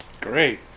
great